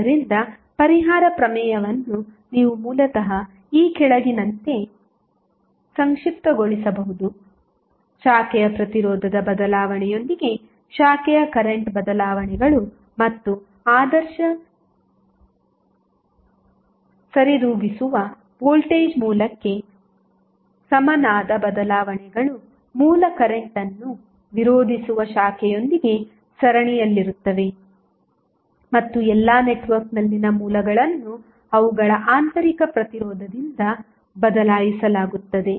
ಆದ್ದರಿಂದ ಪರಿಹಾರ ಪ್ರಮೇಯವನ್ನು ನೀವು ಮೂಲತಃ ಈ ಕೆಳಗಿನಂತೆ ಸಂಕ್ಷಿಪ್ತಗೊಳಿಸಬಹುದು ಶಾಖೆಯ ಪ್ರತಿರೋಧದ ಬದಲಾವಣೆಯೊಂದಿಗೆ ಶಾಖೆಯ ಕರೆಂಟ್ ಬದಲಾವಣೆಗಳು ಮತ್ತು ಆದರ್ಶ ಸರಿದೂಗಿಸುವ ವೋಲ್ಟೇಜ್ ಮೂಲಕ್ಕೆ ಸಮನಾದ ಬದಲಾವಣೆಗಳು ಮೂಲ ಕರೆಂಟ್ಅನ್ನು ವಿರೋಧಿಸುವ ಶಾಖೆಯೊಂದಿಗೆ ಸರಣಿಯಲ್ಲಿರುತ್ತವೆ ಮತ್ತು ಎಲ್ಲಾ ನೆಟ್ವರ್ಕ್ನಲ್ಲಿನ ಮೂಲಗಳನ್ನು ಅವುಗಳ ಆಂತರಿಕ ಪ್ರತಿರೋಧದಿಂದ ಬದಲಾಯಿಸಲಾಗುತ್ತದೆ